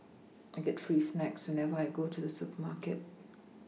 I get free snacks whenever I go to the supermarket